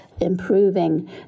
improving